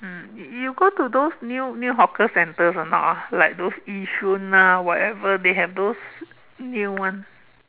mm y~ you go to those new new hawker centres or not ah like those Yishun ah whatever they have those new one